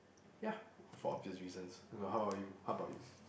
ya for obvious reasons uh how about you how are you how about you